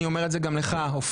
אני אומר את זה גם לך אופיר,